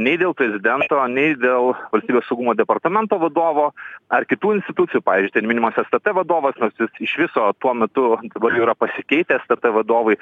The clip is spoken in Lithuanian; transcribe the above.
nei dėl prezidento nei dėl valstybės saugumo departamento vadovo ar kitų institucijų pavyzdžiui ten minimas stt vadovas nors jis iš viso tuo metu jau yra pasikeitę stt vadovai